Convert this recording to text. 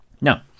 Now